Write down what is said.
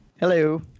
Hello